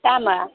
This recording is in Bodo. दामआ